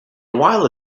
while